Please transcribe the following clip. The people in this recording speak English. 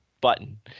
button